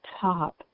top